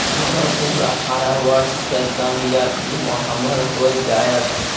हमर उम्र अठारह वर्ष से कम या बीमा हमर हो जायत?